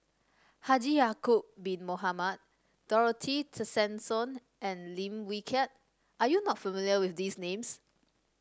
Haji Ya'acob Bin Mohamed Dorothy Tessensohn and Lim Wee Kiak are you not familiar with these names